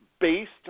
based